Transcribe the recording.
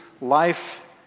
life